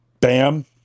Bam